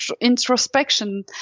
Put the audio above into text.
introspection